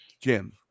Jim